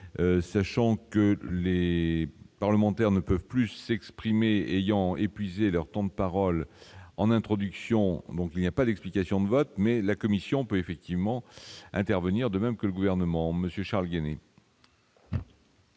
sachant que les parlementaires ne peuvent plus s'exprimer, ayant épuisé leur temps de parole en introduction, donc il n'y a pas d'explication de vote mais la Commission peut effectivement intervenir, de même que le gouvernement Monsieur Charles gagner.